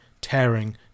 tearing